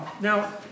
Now